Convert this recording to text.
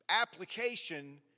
application